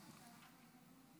אני הייתי באמצע סדרה כאן,